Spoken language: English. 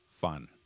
fun